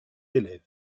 élèves